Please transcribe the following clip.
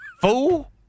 fool